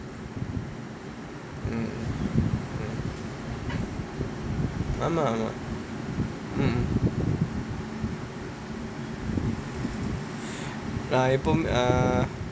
mm mm ஆமா:aamaa mm mm err நான் எப்பவுமே:nan eppavumae err